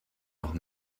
noch